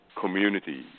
community